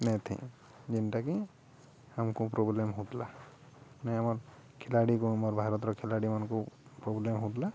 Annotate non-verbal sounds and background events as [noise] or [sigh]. [unintelligible] ଯେଉଁଟାକି ଆମକୁ ପ୍ରୋବ୍ଲେମ ହେଉଥିଲା ନଁ ଆମର ଖିଲାଡ଼ିକୁ ଆମର ଭାରତର ଖିଲାଡ଼ିମାନଙ୍କୁ ପ୍ରୋବ୍ଲେମ ହେଉଥିଲା